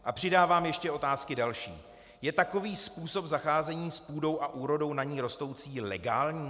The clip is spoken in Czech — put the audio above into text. A přidávám ještě otázky další: Je takový způsob zacházení s půdou a úrodou na ní rostoucí legální?